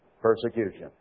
Persecution